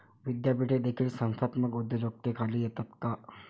विद्यापीठे देखील संस्थात्मक उद्योजकतेखाली येतात का?